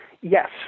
Yes